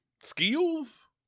skills